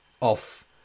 off